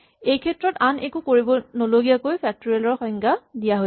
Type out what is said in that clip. এইক্ষেত্ৰত আন একো কৰিব নলগীয়াকৈ ফেক্টৰিয়েল ৰ সংজ্ঞা দিয়া হৈছে